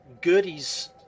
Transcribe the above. goodies